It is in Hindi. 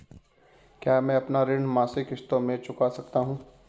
क्या मैं अपना ऋण मासिक किश्तों में चुका सकता हूँ?